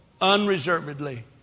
unreservedly